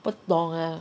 不懂啊